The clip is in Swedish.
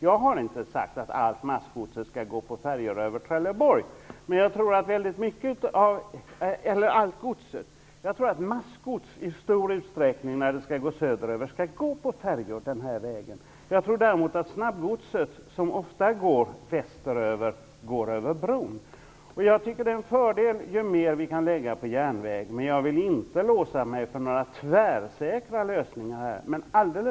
Jag har inte sagt att allt gods skall gå med färja över Trelleborg. Men jag tror att massgods, när det går söderut, i stor utsträckning skall gå med färja den vägen. Jag tror däremot att snabbgodset, som ofta går västerut, skall gå över bron. Jag tycker att det är en fördel ju mer vi kan lägga på järnväg, men jag vill inte låsa mig för några tvärsäkra lösningar.